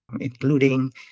including